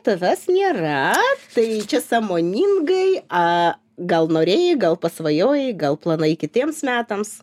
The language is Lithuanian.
tavęs nėra tai čia sąmoningai a gal norėjai gal pasvajojai gal planai kitiems metams